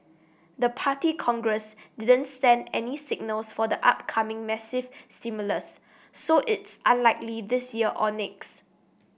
the Party Congress didn't send any signals for upcoming massive stimulus so it's unlikely this year or next